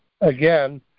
Again